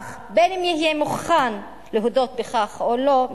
אך בין אם יהיה מוכן להודות בכך או לא,